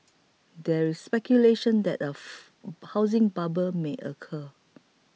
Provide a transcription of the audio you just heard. there is speculation that a housing bubble may occur